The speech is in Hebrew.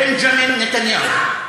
בנג'מין נתניהו.